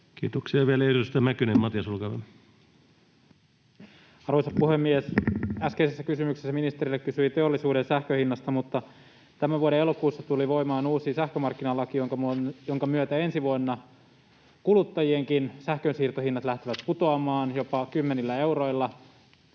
elinkeinoministeriön hallinnonala Time: 18:08 Content: Arvoisa puhemies! Äskeisessä kysymyksessä ministerille kysyin teollisuuden sähkönhinnasta, mutta tämän vuoden elokuussa tuli voimaan uusi sähkömarkkinalaki, jonka myötä ensi vuonna kuluttajienkin sähkönsiirtohinnat lähtevät putoamaan jopa kymmenillä euroilla